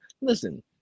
listen